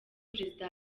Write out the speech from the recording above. prezida